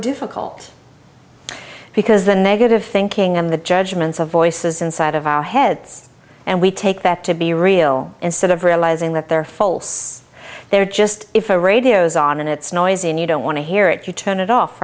difficult because the negative thinking and the judgments of voices inside of our heads and we take that to be real instead of realizing that they're false they're just a radio's on and it's noisy and you don't want to hear it you turn it